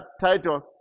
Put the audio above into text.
title